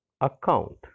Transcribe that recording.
account